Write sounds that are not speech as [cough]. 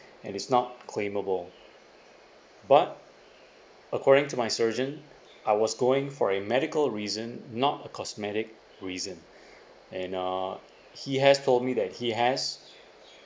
and it's not claimable but according to my surgeon I was going for a medical reason not a cosmetic reason [breath] and uh he has told me that he has